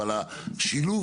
אבל השילוב,